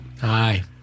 Hi